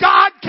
God